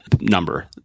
number